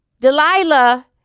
Delilah